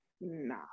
Nah